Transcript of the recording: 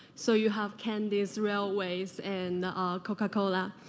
so you have candies railways and coca-cola.